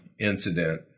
incident